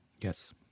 Yes